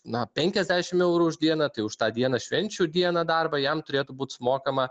na penkiasdešim eurų už dieną tai už tą dieną švenčių dieną darbą jam turėtų būt sumokama